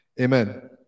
Amen